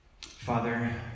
Father